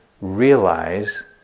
realize